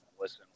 listen